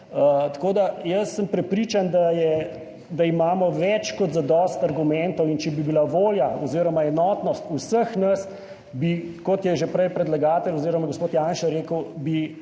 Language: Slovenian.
tako da jaz sem prepričan, da je, da imamo več kot zadosti argumentov in če bi bila volja oziroma enotnost vseh nas, bi, kot je že prej predlagatelj oziroma gospod Janša rekel,